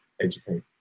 educate